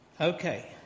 Okay